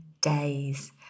days